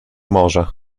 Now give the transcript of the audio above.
może